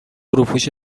روپوش